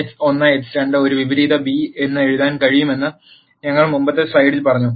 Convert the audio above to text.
x1 x2 ഒരു വിപരീത B എന്ന് എഴുതാൻ കഴിയുമെന്ന് ഞങ്ങൾ മുമ്പത്തെ സ്ലൈഡിൽ പറഞ്ഞു